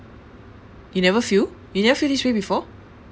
you never feel you never feel this way before